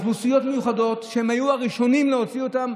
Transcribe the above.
אנחנו דנים בהצעת חוק הביטוח הלאומי (תיקון 225),